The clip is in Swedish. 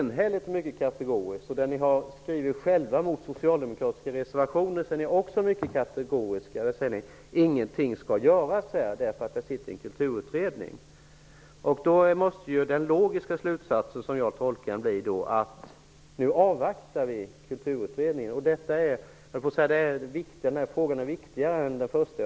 Ni är också mycket kategoriska i det ni själva skriver när ni bemöter de socialdemokratiska reservationerna. Ni säger att ingenting skall göras, och ni hänvisar då till sittande kulturutredning. Den logiska slutsatsen måste bli -- som jag tolkar det hela -- att vi skall avvakta Kulturutredningen. Den senaste frågan är viktigare för mig än den första.